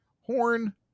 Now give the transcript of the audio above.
Horn